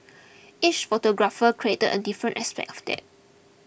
each photographer created a different aspect of that